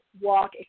walk